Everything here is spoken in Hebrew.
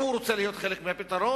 אם הוא רוצה להיות חלק מהפתרון,